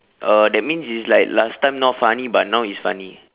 oh that means it's like last time not funny but now is funny